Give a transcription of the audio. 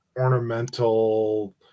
ornamental